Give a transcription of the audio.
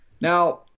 Now